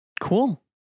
Cool